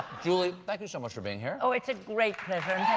julie, thank you so much for being here. oh, it's a great pleasure.